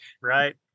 right